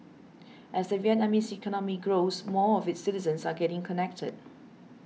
as the Vietnamese economy grows more of its citizens are getting connected